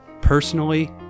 personally